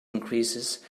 increases